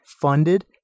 funded